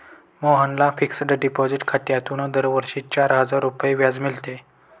मोहनला fixed deposit खात्यातून दरवर्षी चार हजार रुपये व्याज मिळते